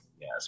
Yes